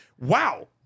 Wow